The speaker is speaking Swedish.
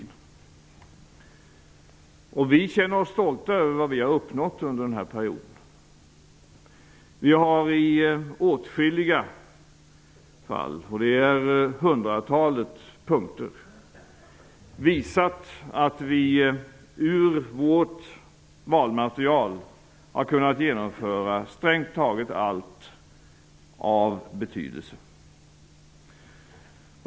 Vi i Centern känner oss stolta över vad vi har uppnått under denna period. I åtskilliga fall -- det gäller hundratalet punkter -- har vi visat att vi ur vårt valmaterial har kunnat genomföra strängt taget allt av betydelse.